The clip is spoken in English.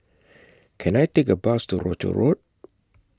Can I Take A Bus to Rochor Road